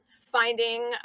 finding